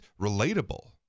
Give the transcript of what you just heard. relatable